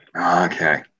Okay